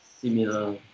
Similar